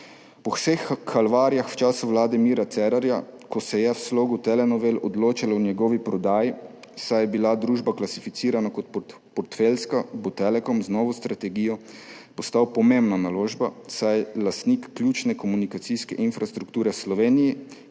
Po vseh kalvarijah v času vlade Mira Cerarja, ko se je v slogu telenovel odločalo o njegovi prodaji, saj je bila družba klasificirana kot portfeljska, bo Telekom z novo strategijo postal pomembna naložba, saj je lastnik ključne komunikacijske infrastrukture v Sloveniji,